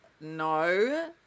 No